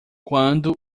quando